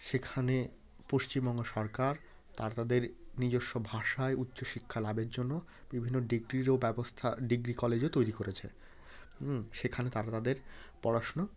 সেখানে পশ্চিমবঙ্গ সরকার তারা তাদের নিজস্ব ভাষায় উচ্চশিক্ষা লাভের জন্য বিভিন্ন ডিগ্রিরও ব্যবস্থা ডিগ্রি কলেজও তৈরি করেছে হুম সেখানে তারা তাদের পড়াশোনা